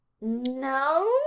No